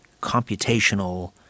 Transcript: computational